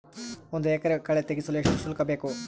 ಒಂದು ಎಕರೆ ಕಳೆ ತೆಗೆಸಲು ಎಷ್ಟು ಶುಲ್ಕ ಬೇಕು?